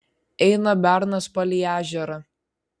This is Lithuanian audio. eina bernas palei ežerą